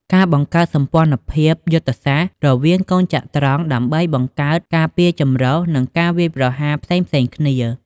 ការបង្កើតសម្ព័ន្ធភាពយុទ្ធសាស្ត្ររវាងកូនចត្រង្គដើម្បីបង្កើតការពារចម្រុះ និងការវាយប្រហារផ្សេងៗគ្នា។